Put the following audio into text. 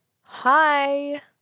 Hi